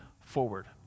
forward